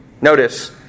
Notice